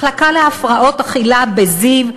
מחלקה להפרעות אכילה בזיו,